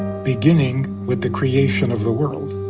beginning with the creation of the world.